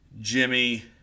Jimmy